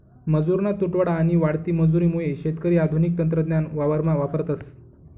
मजुरना तुटवडा आणि वाढती मजुरी मुये शेतकरी आधुनिक तंत्रज्ञान वावरमा वापरतस